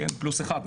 פלוס אחד,